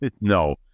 no